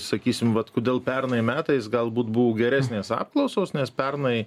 sakysim vat kodėl pernai metais galbūt buvo geresnės apklausos nes pernai